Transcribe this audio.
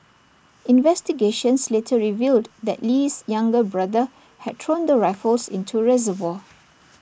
investigations later revealed that Lee's younger brother had thrown the rifles into reservoir